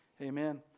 Amen